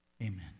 Amen